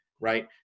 right